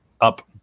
up